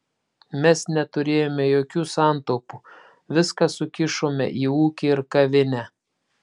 mes neturėjome jokių santaupų viską sukišome į ūkį ir kavinę